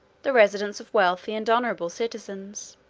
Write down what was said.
the residence of wealthy and honorable citizens.